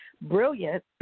Brilliant